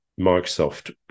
Microsoft